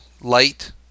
light